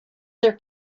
their